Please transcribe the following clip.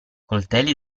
coltelli